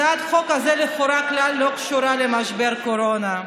הצעת החוק הזאת לכאורה כלל לא קשורה למשבר הקורונה.